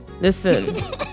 listen